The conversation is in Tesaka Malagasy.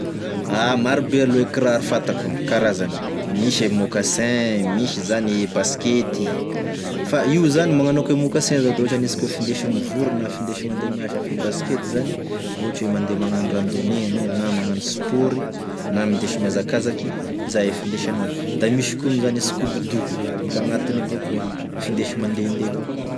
Maro be aloha e kiraro fantako karazany, misy e mocassin, misy zany e baskety, fa io zany magnano akô e mocassin zao da ohatry aniasika oe findesigny mivory na findesy mandeha miasa fa e baskety zany ohatry oe mandeha magnano randoner anao na magnano sport na mindesi-miazakazany, zay e findesa anazy, da misy koa amin'izany e scobidoo, mbola agnatiny avao koa igny findesy mandendeha avao koa.